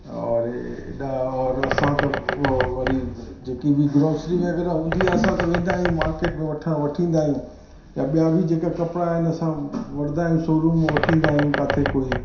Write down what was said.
औरि इहे एॾा और असां त व वरी जेकी बी ग्रोसरी वग़ैरह हूंदी आहे असां त वेंदा आहियूं मार्केट में वठणु वठी ईंदा आहियूं ऐं ॿिया बि जेका कपिड़ा आहिनि असां वठंदा आहियूं शोरूम मों वठी ईंदा आहियूं किथे कोई